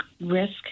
risk